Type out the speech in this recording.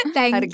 Thank